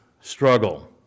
struggle